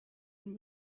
and